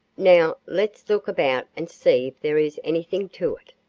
now, let's look about and see if there is anything to it.